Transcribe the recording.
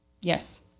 Yes